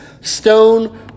stone